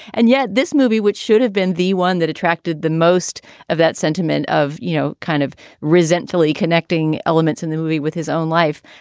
and yet this movie, which should have been the one that attracted the most of that sentiment of, you know, kind of resentfully connecting elements in the movie with his own life?